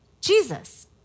Jesus